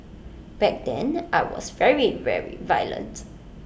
back then I was very very violent